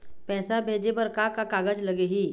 पैसा भेजे बर का का कागज लगही?